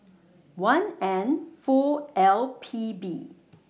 one N four L P B